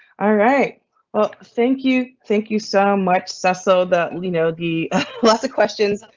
alright, well thank you. thank you so much. so so that we know the lots of questions.